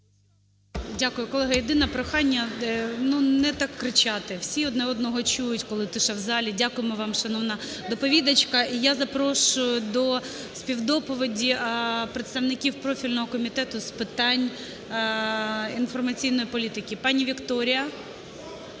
Дякую. Колеги, єдине прохання не так кричати. Всі одне одного чують, коли тиша в залі. Дякуємо вам, шановна доповідачка. І я запрошую до співдоповіді представників профільного Комітету з питань інформаційної політики, пані Вікторія.